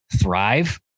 thrive